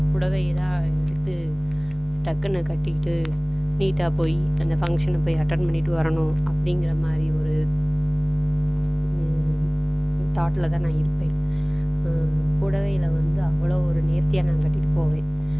புடவைதான் வந்துவிட்டு டக்குனு கட்டிக்கிட்டு நீட்டாக போய் அந்த ஃபங்சனை போய் அட்டென்ட் பண்ணிவிட்டு வரணும் அப்படிங்கிற மாதிரி ஒரு தாட்டுல தான் நான் இருப்பேன் புடவையில் வந்து அவ்வளோ ஒரு நேர்த்தியாக நான் கட்டிட்டு போவேன்